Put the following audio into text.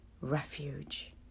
refuge